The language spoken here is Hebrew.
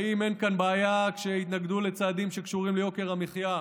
האם אין כאן בעיה כשהתנגדו לצעדים שקשורים ליוקר המחיה,